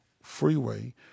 Freeway